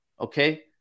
Okay